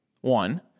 one